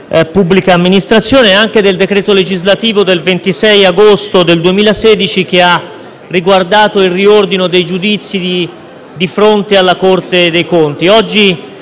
pubblica amministrazione, e anche del decreto legislativo 26 agosto del 2016, n. 179, che ha riguardato il riordino dei giudizi di fronte alla Corte dei conti.